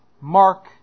Mark